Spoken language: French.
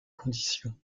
conditions